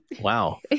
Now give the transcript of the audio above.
Wow